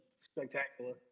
spectacular